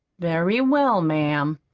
very well, ma'am.